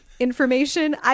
Information